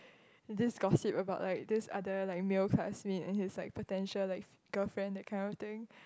this gossip about like this other like male classmate and he is like potential like girlfriend that kind of things